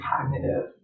cognitive